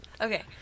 okay